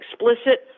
explicit